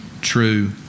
true